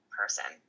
person